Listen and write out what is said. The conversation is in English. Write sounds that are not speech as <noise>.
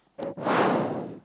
<breath>